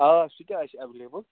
آ سُہ تہِ آسہِ ایٚولیبل